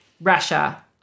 Russia